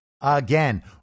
Again